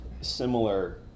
similar